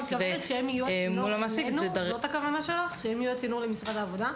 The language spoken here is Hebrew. את מתכוונת שהם יהיו הצינור למשרד העבודה?